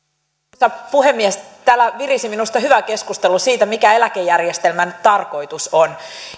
arvoisa puhemies täällä virisi minusta hyvä keskustelu siitä mikä eläkejärjestelmän tarkoitus on